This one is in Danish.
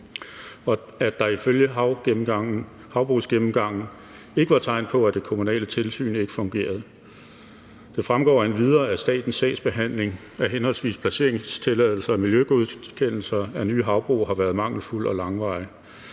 og at der ifølge havbrugsgennemgangen ikke var tegn på, at det kommunale tilsyn ikke fungerede. Det fremgår endvidere, at statens sagsbehandling af henholdsvis placeringstilladelser og miljøgodkendelser af nye havbrug har været mangelfuld og langvarig.